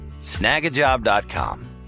Snagajob.com